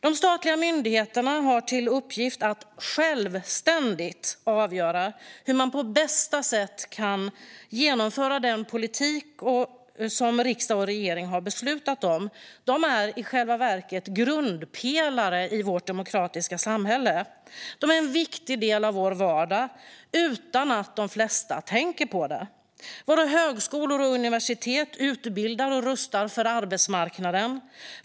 De statliga myndigheterna har till uppgift att självständigt avgöra hur man på bästa sätt kan genomföra den politik som riksdag och regering har beslutat om. De är i själva verket grundpelare i vårt demokratiska samhälle. De är en viktig del av vår vardag, utan att de flesta tänker på det. Våra högskolor och universitet utbildar och rustar för arbetsmarknaden.